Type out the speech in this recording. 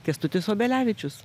kęstutis obelevičius